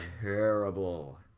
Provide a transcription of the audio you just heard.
Terrible